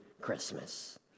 Christmas